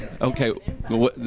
Okay